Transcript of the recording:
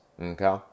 okay